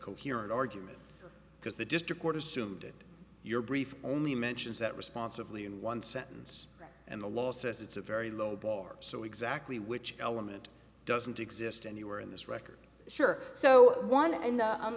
coherent argument because the gist record assumed it your brief only mentions that responsibly in one sentence and the law says it's a very low bar so exactly which element doesn't exist anywhere in this record sure so one under the